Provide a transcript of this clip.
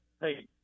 hey